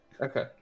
Okay